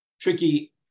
tricky